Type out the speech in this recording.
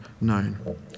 known